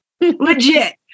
legit